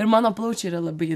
ir mano plaučiai yra labai